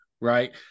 right